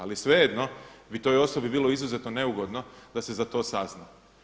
Ali svejedno bi toj osobi bilo izuzetno neugodno da se za to sazna.